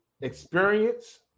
experience